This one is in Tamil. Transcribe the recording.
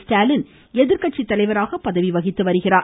ஸ்டாலின் எதிர்கட்சி தலைவராக பதவி வகித்து வருகிறார்